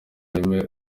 reme